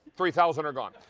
three thousand are gone.